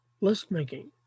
List-making